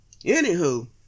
Anywho